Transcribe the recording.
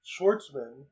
Schwartzman